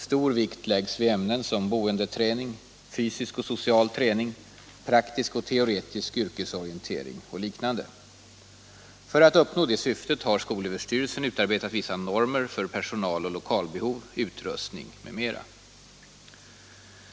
Stor vikt läggs vid ämnen som boendeträning, fysisk och social träning, praktisk och teoretisk yrkesorientering och liknande. För att uppnå detta syfte har SÖ utarbetat vissa normer för personaloch lokalbehov, utrustning m.m.